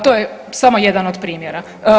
To je samo jedan od primjera.